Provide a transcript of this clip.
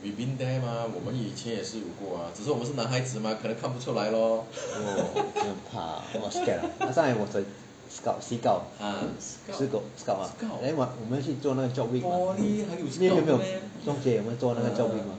!wah! 我很怕 scared ah last time I was a scout sea scout scout then 我们要去做那个 job week mah 没有没有中学我们做那个 job week mah